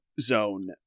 zone